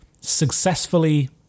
successfully